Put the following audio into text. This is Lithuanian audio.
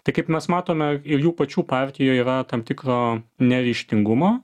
tai kaip mes matome ir jų pačių partijoj yra tam tikro neryžtingumo